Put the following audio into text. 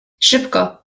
szybko